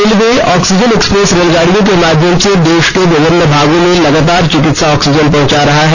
railway oxygen express रेलगाडियों के माध्यम से देश के विभिन्न भागों में लगातार चिकित्सा ऑक्सीजन पहुंचा रहा है